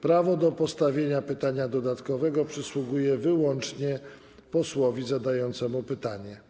Prawo do postawienia pytania dodatkowego przysługuje wyłącznie posłowi zadającemu pytanie.